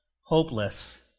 hopeless